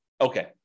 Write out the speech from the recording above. Okay